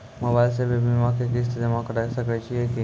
Mobile से भी बीमा के किस्त जमा करै सकैय छियै कि?